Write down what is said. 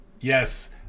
yes